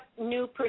new